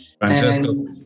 Francesco